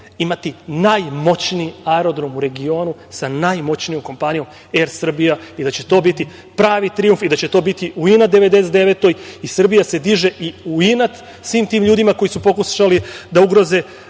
imati najmoćniji aerodrom u regionu sa najmoćnijom kompanijom „Er Srbija“ i da će to biti pravi trijumf u da će to biti u inat 1999. godini. Srbija se diže i u inat svim tim ljudima koji su pokušali da ugroze